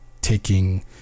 taking